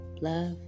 love